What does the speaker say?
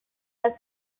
las